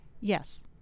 Yes